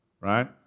Right